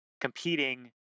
competing